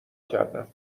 کردم